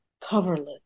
coverlet